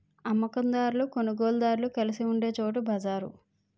అమ్మ కందారులు కొనుగోలుదారులు కలిసి ఉండే చోటు బజారు